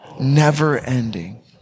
never-ending